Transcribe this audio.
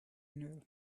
knew